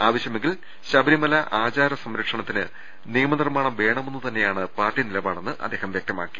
ആവശ്യമെങ്കിൽ ശബരിമല ആചാര സംരക്ഷ ണത്തിന് നിയമനിർമ്മാണം വേണമെന്ന് തന്നെയാണ് പാർട്ടി നിലപാ ടെന്നും അദ്ദേഹം വൃക്തമാക്കി